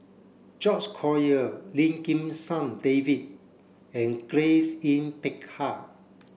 George Collyer Lim Kim San David and Grace Yin Peck Ha